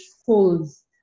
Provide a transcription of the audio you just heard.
schools